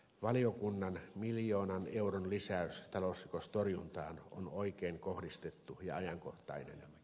valiokunnan miljoonan euron lisäys talousrikostorjuntaan on oikein kohdistettu ja ajankohtainen